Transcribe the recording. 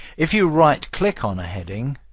if you right click on a heading,